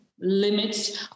limits